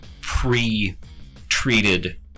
pre-treated